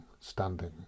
standing